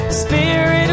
spirit